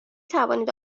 توانید